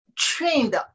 Trained